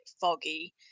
foggy